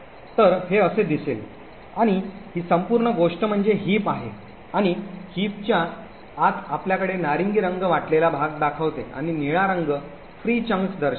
तर हे असे दिसेल आणि हि संपूर्ण गोष्ट म्हणजे हिप आहे आणि हिपच्या आत आपल्याकडे नारिंगी रंग वाटलेला भाग दाखवते आणि निळा रंग विनामूल्य भाग दर्शवितो